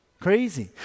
Crazy